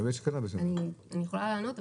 אני יכולה לענות.